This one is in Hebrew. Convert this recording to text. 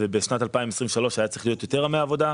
ובשנת 2023 היו צריכים להיות יותר ימי עבודה.